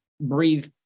breathe